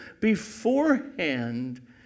beforehand